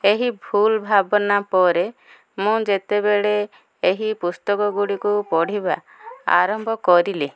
ଏହି ଭୁଲ ଭାବନା ପରେ ମୁଁ ଯେତେବେଳେ ଏହି ପୁସ୍ତକ ଗୁଡ଼ିକୁ ପଢ଼ିବା ଆରମ୍ଭ କରିଲି